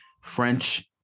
French